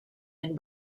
and